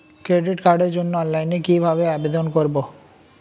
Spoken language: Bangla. ক্রেডিট কার্ডের জন্য অনলাইনে কিভাবে আবেদন করব?